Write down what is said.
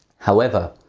however,